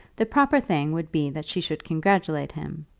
the proper thing would be that she should congratulate him,